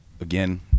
again